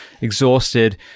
exhausted –